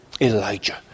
Elijah